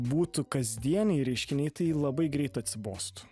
būtų kasdieniai reiškiniai tai labai greit atsibostų